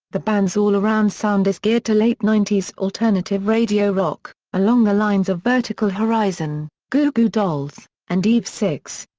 the band's all-around sound is geared to late ninety s alternative radio rock, along the lines of vertical horizon, goo goo dolls, and eve six.